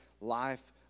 life